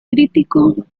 crítico